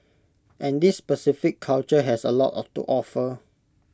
and this specific culture has A lot to offer